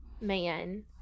man